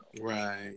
Right